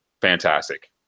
fantastic